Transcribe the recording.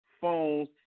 phones